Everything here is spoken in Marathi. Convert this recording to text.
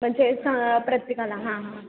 म्हणजे सां प्रत्येकाला हां हां